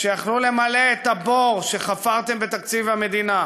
שיכלו למלא את הבור שחפרתם בתקציב המדינה,